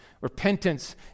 Repentance